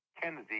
kennedy